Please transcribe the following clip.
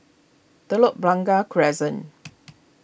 Telok Blangah Crescent